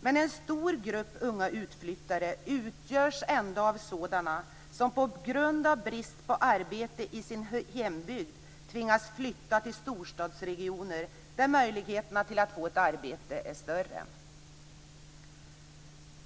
Men en stor grupp unga utflyttare utgörs ändå av sådana som på grund av brist på arbete i sin hembygd tvingas flytta till storstadsregioner där möjligheterna att få ett arbete är större.